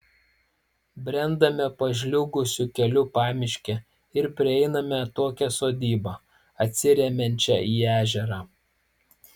brendame pažliugusiu keliu pamiške ir prieiname atokią sodybą atsiremiančią į ežerą